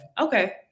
Okay